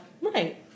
right